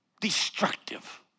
destructive